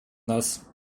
нас